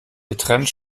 getrennt